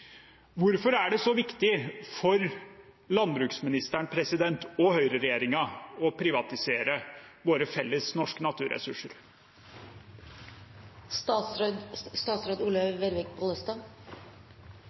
Hvorfor er det så viktig for landbruksministeren og høyreregjeringen å privatisere våre felles norske